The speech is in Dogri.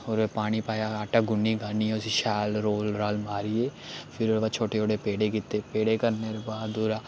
होर पानी पाया आटा गुन्नी गान्नियै उसी शैल रोल राल मारियै फिर ओह्दे बाद छोटे छोटे पेड़े कीते पेड़े करने दे बाद बूरा